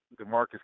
DeMarcus